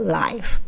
life